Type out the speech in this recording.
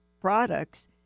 products